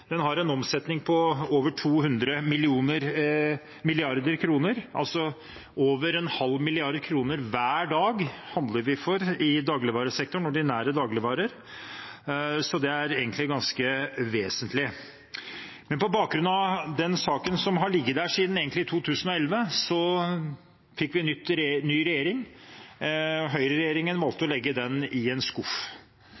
Den har en omsetning på over 200 mrd. kr. Vi handler altså ordinære dagligvarer for over en halv milliard kroner hver dag, så det er ganske vesentlig. Saken har ligget der siden 2011. Så fikk vi ny regjering, og høyregjeringen valgte å legge den